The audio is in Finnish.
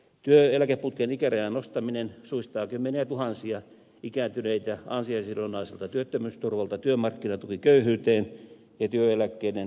työeläkeputken ikärajan nostaminen suistaa kymmeniätuhansia ikääntyneitä ansiosidonnaiselta työttömyysturvalta työmarkkinatukiköyhyyteen ja työeläkkeiden leikkautumiseen